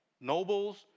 Nobles